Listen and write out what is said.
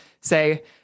say